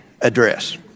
address